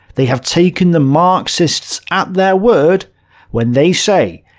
they have taken the marxists at their word when they say,